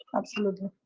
ah absolutely.